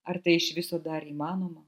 ar tai iš viso dar įmanoma